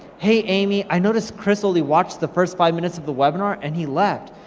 hey amy, i noticed chris only watched the first five minutes of the webinar and he left.